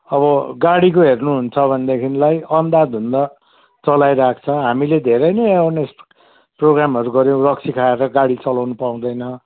अब गाडीको हेर्नुहुन्छ भनेदेखिलाई अन्धाधुन्ध चलाइरहेको छ हामीले धेरै नै एवेरनेस प्रोग्रामहरू गऱ्यौँ रक्सी खाएर गाडी चलाउन पाउँदैन